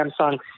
Samsung